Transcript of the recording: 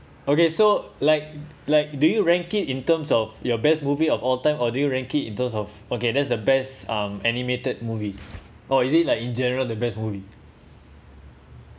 okay so like like do you ranking in terms of your best movie of all time or do you ranking in terms of okay that's the best um animated movie or is it like in general the best movie